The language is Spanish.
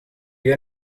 vio